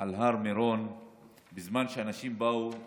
על הר מירון בזמן שאנשים באו לחגוג.